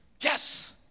Yes